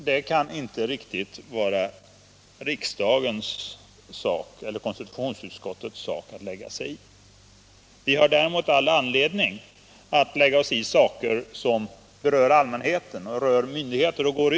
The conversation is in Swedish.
Det kan inte riktigt vara riksdagens eller konstitutionsutskottets sak att lägga sig i detta. Däremot har vi all anledning att lägga oss i saker som berör allmänheten och saker som angår myndigheter.